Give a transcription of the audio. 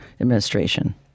administration